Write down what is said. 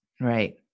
Right